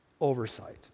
oversight